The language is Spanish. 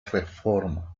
reforma